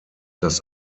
das